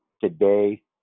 today